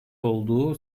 olduğu